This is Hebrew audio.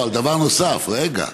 דבר נוסף, רגע,